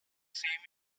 same